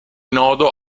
nodo